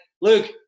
Luke